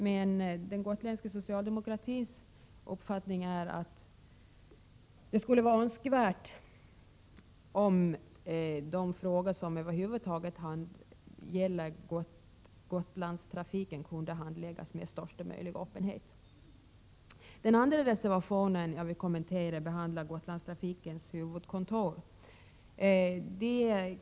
Men den gotländska socialdemokratins uppfattning är att det skulle vara önskvärt att alla de frågor som över huvud taget gäller Gotlandstrafiken handlades med största möjliga öppenhet. Den andra reservation jag vill kommentera behandlar Gotlandstrafikens huvudkontor.